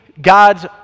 God's